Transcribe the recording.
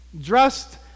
dressed